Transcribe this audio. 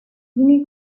vinnie